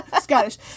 Scottish